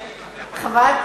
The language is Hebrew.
חבל?